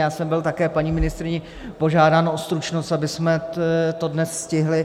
Já jsem byl také paní ministryní požádán o stručnost, abychom to dnes stihli.